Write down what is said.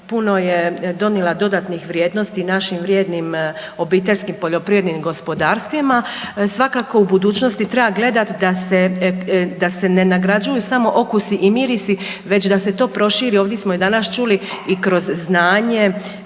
puno je donijela dodatnih vrijednosti našim vrijednim obiteljskim poljoprivrednim gospodarstvima. Svakako u budućnosti treba gledati da se, da se ne nagrađuju samo okusi i mirisi već da se to proširi ovdje smo i danas čuli i kroz znanje